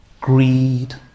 greed